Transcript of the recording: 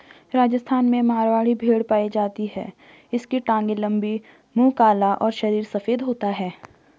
राजस्थान में मारवाड़ी भेड़ पाई जाती है इसकी टांगे लंबी, मुंह काला और शरीर सफेद होता है